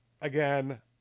Again